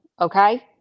Okay